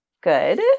Good